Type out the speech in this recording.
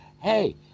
hey